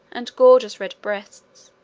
and gorgeous red breasts,